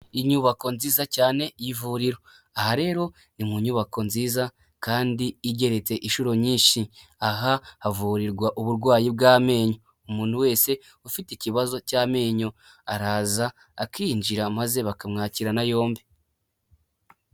Inyubako nziza cyane y'ivuriro, aha rero ni mu nyubako nziza kandi igeretse inshuro nyinshi, aha havurirwa uburwayi bw'amenyo, umuntu wese ufite ikibazo cy'amenyo araza akinjira maze bakamwakirana yombi.